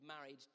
married